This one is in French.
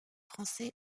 français